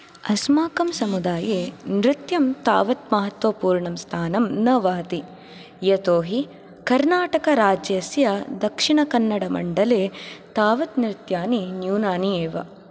अस्माकं समुदाये नृत्यं तावत् महत्वपूर्णंस्थानं न वहति यतोहि कर्नाटकराज्यस्य दक्षिणकन्नडमण्डले तावत् नृत्यानि न्यूनानि एव